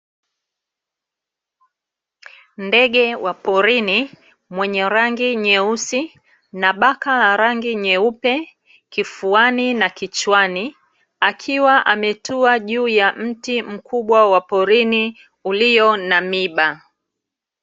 Ndege wa porini mwenye rangi nyeusi, na baka la rangi nyeupe kifuani na kichwani, akiwa ametua juu ya mti wa porini ulio na miba.